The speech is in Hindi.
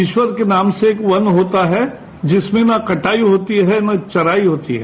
ईश्वर के नाम से एक वन होता है जिसमें न कटाई होती है न चराई होती है